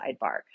sidebar